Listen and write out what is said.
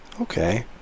Okay